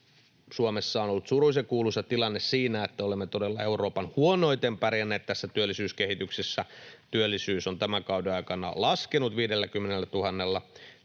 Suomessa on ollut surullisen kuuluisa tilanne siinä, että olemme todella Euroopan huonoiten pärjänneet tässä työllisyyskehityksessä. Työllisyys on tämän kauden aikana laskenut 50 000